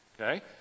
Okay